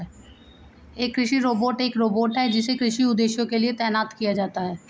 एक कृषि रोबोट एक रोबोट है जिसे कृषि उद्देश्यों के लिए तैनात किया जाता है